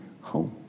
home